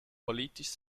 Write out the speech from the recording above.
politisch